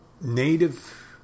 Native